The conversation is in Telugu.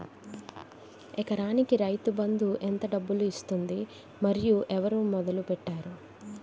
ఎకరానికి రైతు బందు ఎంత డబ్బులు ఇస్తుంది? మరియు ఎవరు మొదల పెట్టారు?